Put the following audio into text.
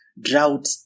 drought